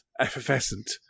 effervescent